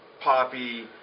poppy